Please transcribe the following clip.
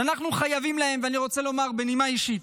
שאנחנו חייבים להם, ואני רוצה לומר בנימה אישית,